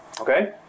Okay